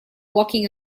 walking